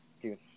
Dude